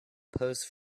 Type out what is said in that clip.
pose